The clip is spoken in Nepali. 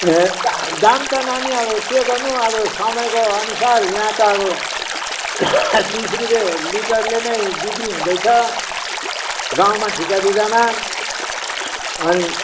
ए दाम दाम त नानी अब के गर्नु अब समयको अनुसार यहाँ त अब तिस रुपियाँ लिटरले नै बिक्री हुँदैछ गाँउमा ठिका बिगामा अनि